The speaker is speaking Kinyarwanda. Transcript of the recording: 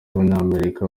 b’abanyamerika